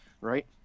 right